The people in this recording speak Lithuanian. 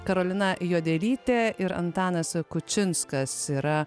karolina juodelytė ir antanas kučinskas yra